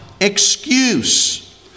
excuse